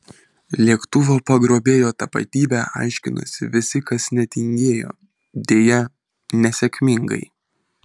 lėktuvo pagrobėjo tapatybę aiškinosi visi kas netingėjo deja nesėkmingai